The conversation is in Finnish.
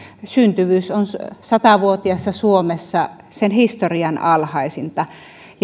syntyvyys on satavuotiaassa suomessa sen historian alhaisinta